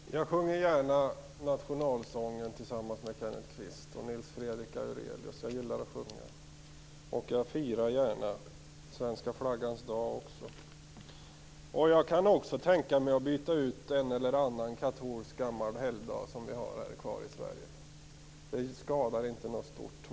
Fru talman! Jag sjunger gärna nationalsången tillsammans med Kenneth Kvist och Nils Fredrik Aurelius. Jag gillar att sjunga, och jag firar också gärna svenska flaggans dag. Jag kan även tänka mig att byta ut en eller annan gammal katolsk helgdag. Det gör inte någon stor skada.